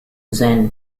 zen